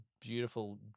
beautiful